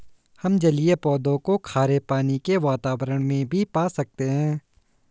हम जलीय पौधों को खारे पानी के वातावरण में भी पा सकते हैं